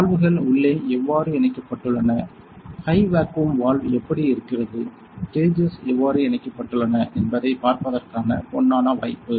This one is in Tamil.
வால்வுகள் உள்ளே எவ்வாறு இணைக்கப்பட்டுள்ளன ஹை வேக்குவம் வால்வு எப்படி இருக்கிறது கேஜஸ் எவ்வாறு இணைக்கப்பட்டுள்ளன என்பதைப் பார்ப்பதற்கான பொன்னான வாய்ப்பு